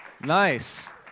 Nice